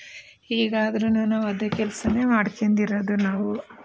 ಹೀಗಾದರೂನು ನಾವು ಅದೇ ಕೆಲಸಾನೇ ಮಾಡಿಕೊಂಡು ಇರೋದು ನಾವು